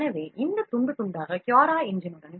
எனவே இந்த துண்டு துண்டாக CuraEngine உடன்